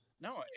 No